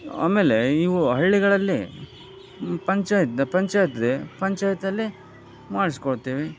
ಆಮೇಲೆ ಇವು ಹಳ್ಳಿಗಳಲ್ಲಿ ಪಂಚಾಯತ್ ಪಂಚಾಯತ್ ಇದೆ ಪಂಚಾಯತಿನಲ್ಲಿ ಮಾಡಿಸ್ಕೊಳ್ತೀವಿ